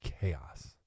chaos